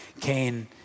Cain